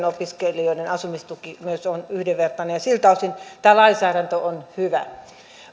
opiskelijoiden asumistuki on yhdenvertainen siltä osin tämä lainsäädäntö on hyvä